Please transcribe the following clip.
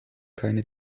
keine